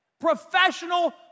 professional